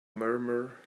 murmur